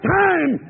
time